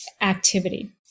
activity